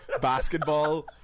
basketball